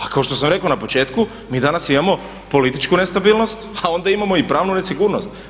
A kako što sam rekao na početku mi danas imamo političku nestabilnost a onda imamo i pravnu nesigurnost.